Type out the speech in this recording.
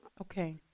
Okay